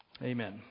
Amen